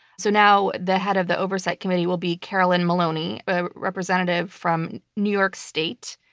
so now the head of the oversight committee will be carolyn maloney, a representative from new york state.